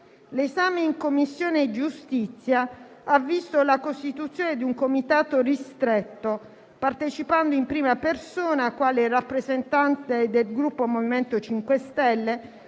L'esame in Commissione giustizia ha visto la costituzione di un comitato ristretto, cui ho partecipato in prima persona quale rappresentante del Gruppo MoVimento 5 Stelle,